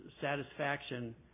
satisfaction